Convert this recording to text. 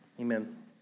amen